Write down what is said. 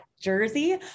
Jersey